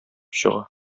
чыга